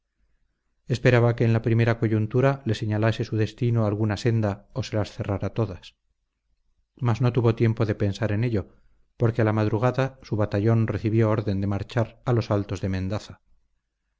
esperaba que en la primera coyuntura le señalase su destino alguna senda o se las cerrara todas mas no tuvo tiempo de pensar en ello porque a la madrugada su batallón recibió orden de marchar a los altos de mendaza